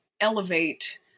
elevate